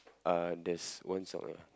uh there's one song ah